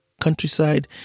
countryside